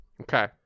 Okay